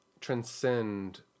Transcend